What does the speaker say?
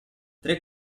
tre